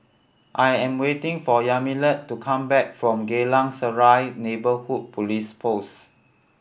I am waiting for Yamilet to come back from Geylang Serai Neighbourhood Police Post